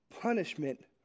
punishment